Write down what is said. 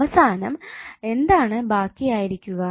അവസാനം എന്താണ് ബാക്കിയായിരിക്കുക